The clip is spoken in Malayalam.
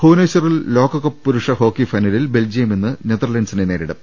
ഭുവനേശ്വറിൽ ലോക കപ്പ് പുരുഷ് ഹോക്കി ഫൈനലിൽ ബെൽജിയം ഇന്ന് നെതർലന്റിനെ നേരിടും